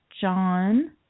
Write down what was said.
John